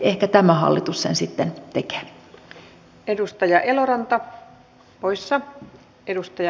ehkä tämä hallitus sen sitten tekee